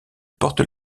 porte